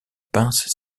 pince